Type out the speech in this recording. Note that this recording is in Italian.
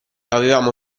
avevamo